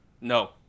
No